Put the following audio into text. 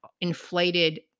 inflated